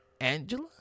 Angela